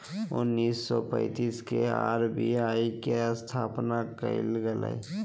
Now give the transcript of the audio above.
उन्नीस सौ पैंतीस के आर.बी.आई के स्थापना कइल गेलय